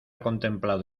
contemplado